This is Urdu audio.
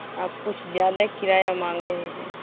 آپ کچھ زیادہ کرایہ مانگ رہے ہیں